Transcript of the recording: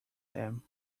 them